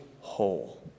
whole